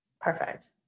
Perfect